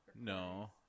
No